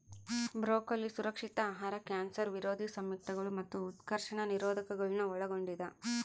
broccoli ಸುರಕ್ಷಿತ ಆಹಾರ cancer ವಿರೋಧಿ ಸಂಯುಕ್ತಗಳು ಮತ್ತು ಉತ್ಕರ್ಷಣ ನಿರೋಧಕಗುಳ್ನ ಒಳಗೊಂಡಿದ